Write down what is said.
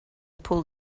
pull